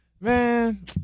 Man